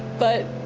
but